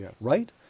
right